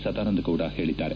ಸದಾನಂದ ಗೌಡ ಹೇಳಿದ್ದಾರೆ